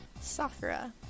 Sakura